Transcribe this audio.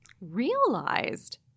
realized